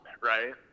right